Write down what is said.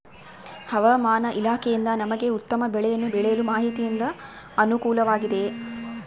ಹವಮಾನ ಇಲಾಖೆಯಿಂದ ನಮಗೆ ಉತ್ತಮ ಬೆಳೆಯನ್ನು ಬೆಳೆಯಲು ಮಾಹಿತಿಯಿಂದ ಅನುಕೂಲವಾಗಿದೆಯೆ?